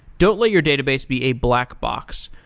don't let your database be a black box.